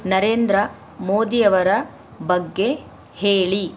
ನರೇಂದ್ರ ಮೋದಿಯವರ ಬಗ್ಗೆ ಹೇಳಿ